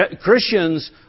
Christians